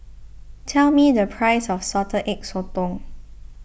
tell me the price of Salted Egg Sotong